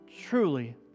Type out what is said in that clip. truly